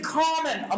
common